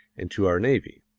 and to our navy.